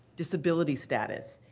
disability status,